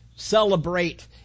celebrate